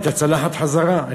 את הסלסילה חזרה.